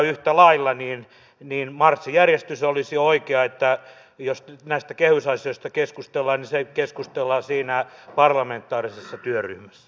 yhtä lailla sellainen marssijärjestys olisi oikea että jos näistä kehysasioista keskustellaan niin keskustellaan siinä parlamentaarisessa työryhmässä